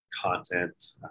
content